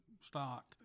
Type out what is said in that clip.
stock